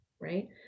Right